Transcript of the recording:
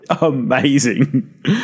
Amazing